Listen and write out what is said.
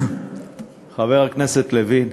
חבר הכנסת לוין,